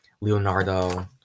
Leonardo